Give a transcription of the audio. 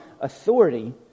authority